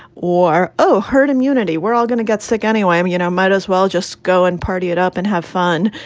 or, oh, herd immunity. we're all gonna get sick anyway. i'm, you know, might as well just go and party it up and have fun.